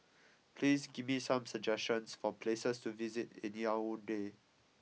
please give me some suggestions for places to visit in Yaounde